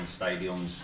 stadiums